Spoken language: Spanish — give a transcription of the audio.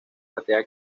batea